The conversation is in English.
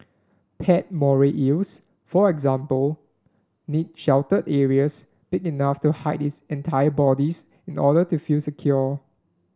pet moray eels for example need sheltered areas big enough to hide its entire bodies in order to feel secure